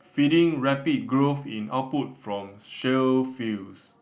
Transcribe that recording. feeding rapid growth in output from shale fields